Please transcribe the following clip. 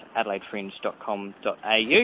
adelaidefringe.com.au